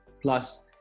plus